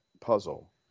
puzzle